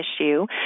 issue